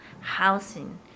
Housing